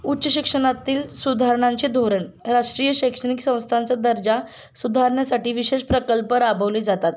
उच्च शिक्षणातील सुधारणाांचे धोरण राष्ट्रीय शैक्षणिक संस्थांचा दर्जा सुधारण्यासाठी विशेष प्रकल्प राबवले जातात